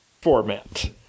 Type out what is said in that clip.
format